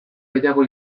gehiago